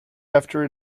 after